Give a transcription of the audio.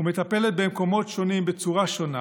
מטפלת במקומות שונים בצורה שונה